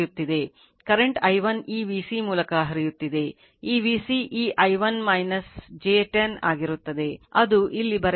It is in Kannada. ಕರೆಂಟ್ i1 ಈ Vc ಮೂಲಕ ಹರಿಯುತ್ತಿದೆ ಈ Vc ಈ i1 j 10 ಆಗಿರುತ್ತದೆ ಅದು ಇಲ್ಲಿ ಬರೆಯಲಾಗಿದೆ ಇದು i1 j 10